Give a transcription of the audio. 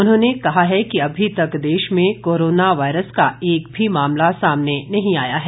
उन्होंने कहा कि अभी तक देश में कोरोना वायरस का एक भी पुष्टम मामला सामने नहीं आया है